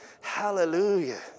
Hallelujah